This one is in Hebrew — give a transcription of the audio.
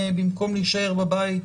במקום להישאר בבית,